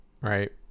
right